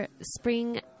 spring